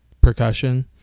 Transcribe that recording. percussion